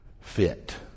fit